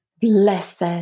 blessed